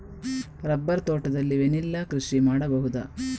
Rubber ತೋಟದಲ್ಲಿ vanilla ಕೃಷಿ ಮಾಡಬಹುದಾ?